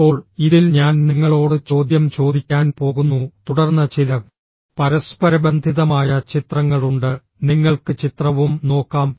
ഇപ്പോൾ ഇതിൽ ഞാൻ നിങ്ങളോട് ചോദ്യം ചോദിക്കാൻ പോകുന്നു തുടർന്ന് ചില പരസ്പരബന്ധിതമായ ചിത്രങ്ങളുണ്ട് നിങ്ങൾക്ക് ചിത്രവും നോക്കാം